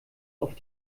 auf